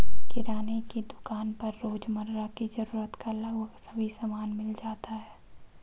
किराने की दुकान पर रोजमर्रा की जरूरत का लगभग सभी सामान मिल जाता है